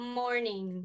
morning